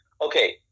okay